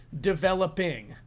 developing